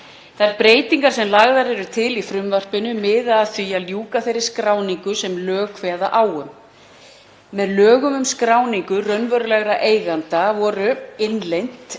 Þær breytingar sem lagðar eru til í frumvarpinu miða að því að ljúka þeirri skráningu sem lög kveða á um. Með lögum um skráningu raunverulegra eigenda voru innleidd